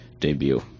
debut